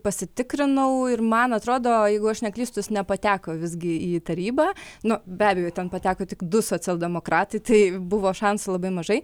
pasitikrinau ir man atrodo jeigu aš neklystu jis nepateko visgi į tarybą nu be abejo ten pateko tik du socialdemokratai tai buvo šansų labai mažai